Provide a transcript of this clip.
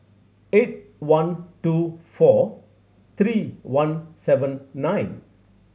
eight one two four three one seven nine